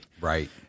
Right